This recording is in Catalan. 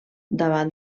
davant